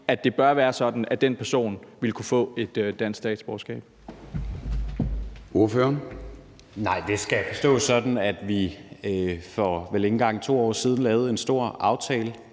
af det bør være sådan, at den person vil kunne få et dansk statsborgerskab.